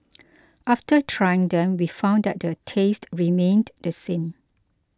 after trying them we found that the taste remained the same